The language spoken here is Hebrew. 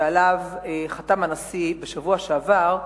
שעליו חתם הנשיא בשבוע שעבר,